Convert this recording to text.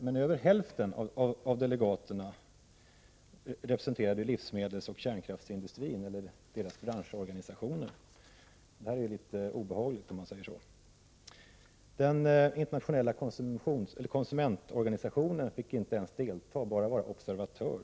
Men över hälften av delegaterna representerade livsmedelsoch kärnkraftsindustrierna eller deras branschorganisationer. Detta är ju litet obehagligt. Den internationella konsumentorganisationen fick inte ens delta, bara vara observatör.